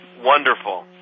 Wonderful